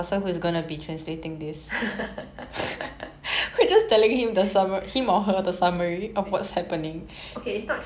okay it's not translating it's transcribing transcribing sucks but alright